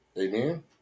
Amen